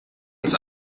uns